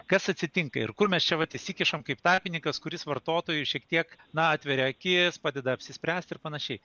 kas atsitinka ir kur mes čia vat įsikišam kaip tarpininkas kuris vartotojui šiek tiek na atveria akis padeda apsispręst ir panašiai